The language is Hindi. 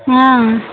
हाँ